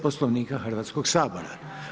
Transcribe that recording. Poslovnika Hrvatskog sabora.